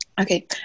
Okay